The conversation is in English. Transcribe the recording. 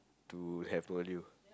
to have known you